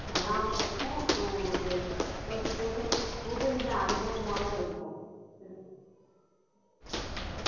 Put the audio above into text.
நல்லாவும் இருக்கும் ஒரு ஒரு புது புது வித அனுபவமாகவும் இருக்கும் அவ்வளோ தான்